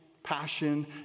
passion